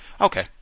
okay